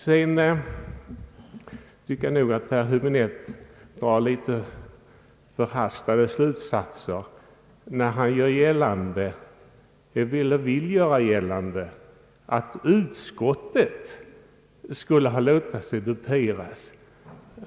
Sedan tycker jag nog att herr Hibinette drar litet förhastade slutsatser, när han vill göra gällande att utskottet skulle ha låtit sig duperas.